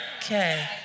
Okay